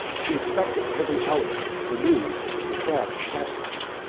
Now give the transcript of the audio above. he expected every hour the news of the sad catastrophe.